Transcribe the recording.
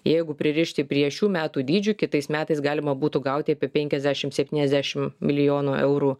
jeigu pririšti prie šių metų dydžių kitais metais galima būtų gauti apie penkiasdešimt septyniasdešimt milijonų eurų